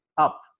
up